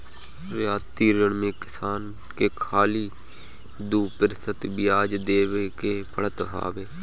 रियायती ऋण में किसान के खाली दू प्रतिशत बियाज देवे के पड़त हवे